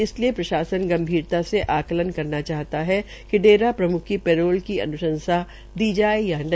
इसलिये प्रशासन गंभीरता से आंकलन करना चाहता है कि डेरा प्रम्ख की पेरोल की अनुशंसा की जांच या नहीं